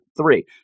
three